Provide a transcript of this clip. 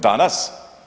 Danas?